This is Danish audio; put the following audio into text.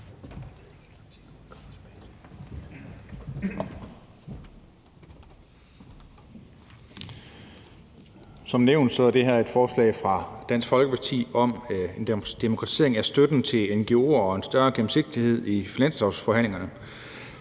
Som nævnt er det her et forslag fra Dansk Folkeparti om en demokratisering af støtten til ngo'er og en større gennemsigtighed i finanslovsforhandlingerne.